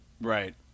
Right